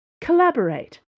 Collaborate